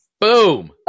Boom